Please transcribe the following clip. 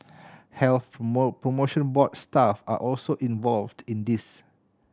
Health Promotion Board staff are also involved in this